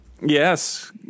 Yes